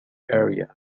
area